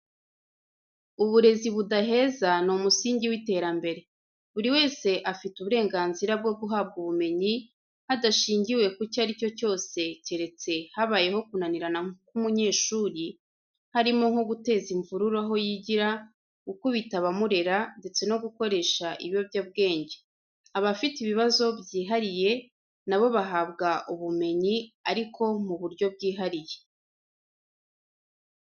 Uburezi budaheza ni umusingi w'iterambere. Buri wese afite uburenganzira bwo guhabwa ubumenyi, hadashingiwe kucyo ari cyo cyose keretse habayeho kunanirana k'umunyeshuri, harimo nko guteza imvururu aho yigira, gukubita abamurera ndetse no gukoresha ibiyobyabwenge, abafite ibibazo byihariwe n'abo bahabwa ubumenyi ariko mu buryo bwihariye.